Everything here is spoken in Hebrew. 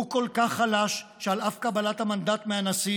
הוא כל כך חלש שעל אף קבלת המנדט מהנשיא